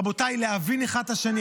רבותיי, להבין אחד את השני.